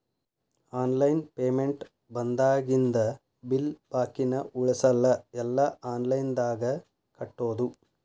online payment ಬಂದಾಗಿಂದ bill ಬಾಕಿನ ಉಳಸಲ್ಲ ಎಲ್ಲಾ ಆನ್ಲೈನ್ದಾಗ ಕಟ್ಟೋದು